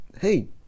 hey